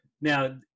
Now